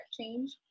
change